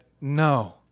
no